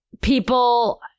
people